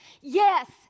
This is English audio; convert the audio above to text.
Yes